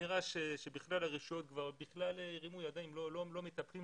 נראה שהרשויות הרימו ידיים ולא מטפלות